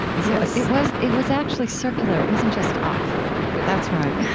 yeah it was it was actually circular. it wasn't just up that's right.